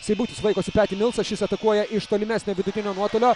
seibutis vaikosi petį milsą šis atakuoja iš tolimesnio vidutinio nuotolio